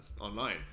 online